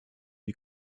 die